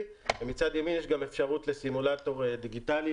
ומצד ימין יש גם אפשרות לסימולטור דיגיטלי,